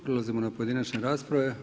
Prelazimo na pojedinačne rasprave.